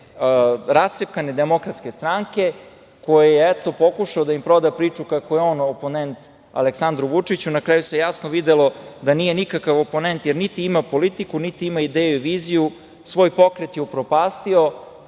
rascepkane DS, koji je eto pokušao da proda priču kako je on oponent Aleksandru Vučiću. Na kraju se jasno videlo da nije nikakav oponent jer niti ima politiku, niti ima ideju i viziju. Svoj pokret je upropastio.